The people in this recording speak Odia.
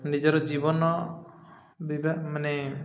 ନିଜର ଜୀବନ ବିବା ମାନେ